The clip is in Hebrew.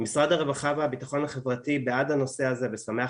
משרד הרווחה והביטחון החברתי בעד הנושא הזה ושמח